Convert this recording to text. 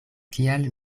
kial